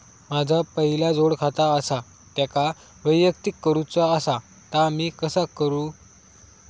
माझा पहिला जोडखाता आसा त्याका वैयक्तिक करूचा असा ता मी कसा करू?